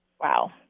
Wow